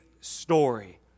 story